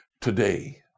Today